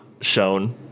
shown